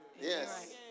Yes